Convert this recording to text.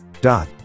dot